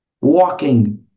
walking